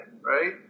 right